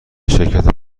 شرکت